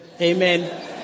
amen